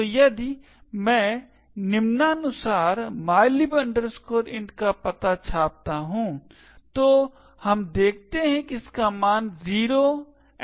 तो यदि मैं निम्नानुसार mylib int का पता छापता हूं तो हम देखते हैं कि इसका मान 0xX7FT3014 है